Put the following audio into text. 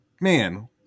man